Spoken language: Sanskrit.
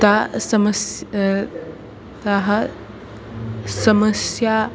ताः समस्याः ताः समस्याः